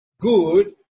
good